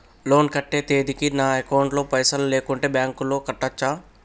Loan కట్టే తేదీకి నా అకౌంట్ లో పైసలు లేకుంటే బ్యాంకులో కట్టచ్చా?